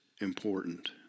important